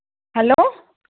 hello